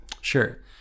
Sure